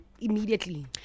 immediately